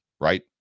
Right